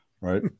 right